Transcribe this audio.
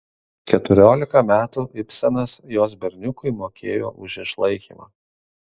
keturiolika metų ibsenas jos berniukui mokėjo už išlaikymą